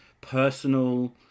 personal